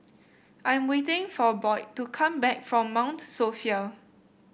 I am waiting for Boyd to come back from Mount Sophia